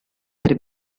per